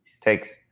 takes